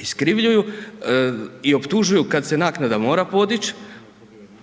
iskrivljuju i optužuju kada se naknada mora podići